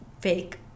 fake